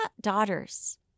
daughters